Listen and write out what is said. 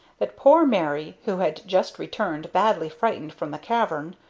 that poor mary, who had just returned badly frightened from the cavern,